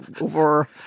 over